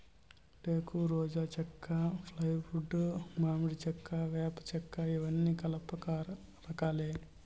టేకు, రోజా చెక్క, ఫ్లైవుడ్, మామిడి చెక్క, వేప చెక్కఇవన్నీ కలప రకాలే